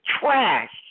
trash